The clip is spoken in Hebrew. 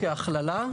כהכללה.